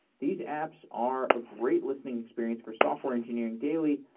these apps are a great listening experience for software engineering daily.